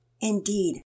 Indeed